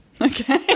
okay